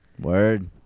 Word